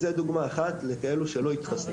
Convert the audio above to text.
זאת דוגמא אחת לכאלו שלא התחסנו.